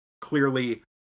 clearly